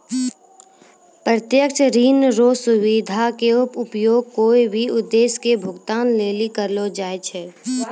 प्रत्यक्ष ऋण रो सुविधा के उपयोग कोय भी उद्देश्य के भुगतान लेली करलो जाय छै